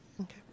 Okay